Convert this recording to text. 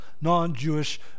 non-Jewish